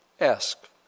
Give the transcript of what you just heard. ask